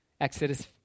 Exodus